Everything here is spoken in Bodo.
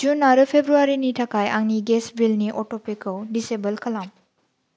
जुन आरो फेब्रुवारिनि थाखाय आंनि गेस बिलनि अट'पेखौ दिसएवोल खालाम